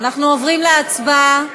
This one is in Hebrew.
אנחנו עוברים להצבעה.